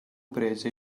prese